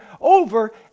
over